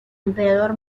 emperador